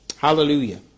Hallelujah